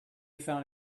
found